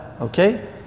Okay